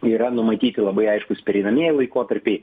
yra numatyti labai aiškūs pereinamieji laikotarpiai